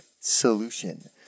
Solution